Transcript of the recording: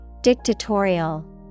Dictatorial